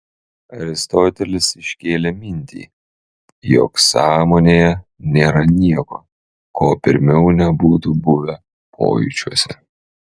aristotelis iškėlė mintį jog sąmonėje nėra nieko ko pirmiau nebūtų buvę pojūčiuose